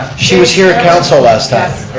she was here at council last time.